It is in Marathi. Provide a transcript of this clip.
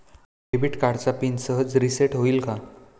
डेबिट कार्डचा पिन सहज रिसेट होईल का?